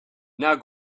now